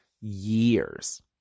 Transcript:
years